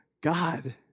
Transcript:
God